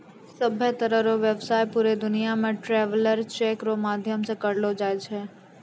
सभ्भे तरह रो व्यवसाय पूरे दुनियां मे ट्रैवलर चेक रो माध्यम से करलो जाय छै